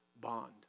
bond